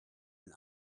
and